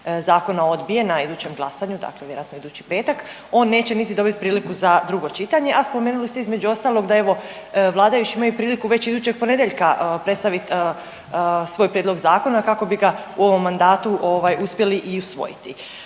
zakona odbijen na idućem glasanju, dakle vjerojatno idući petak, on neće niti dobiti priliku za drugo čitanje a spomenuli ste između ostalog da evo vladajući imaju priliku već idućeg ponedjeljka predstaviti svoj prijedlog zakona kako bi ga u ovom mandatu uspjeli i usvojiti.